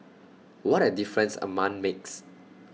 what A difference A month makes